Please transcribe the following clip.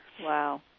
Wow